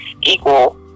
equal